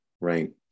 right